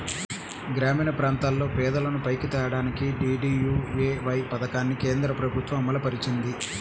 గ్రామీణప్రాంతాల్లో పేదలను పైకి తేడానికి డీడీయూఏవై పథకాన్ని కేంద్రప్రభుత్వం అమలుపరిచింది